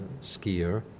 skier